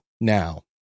now